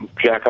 jack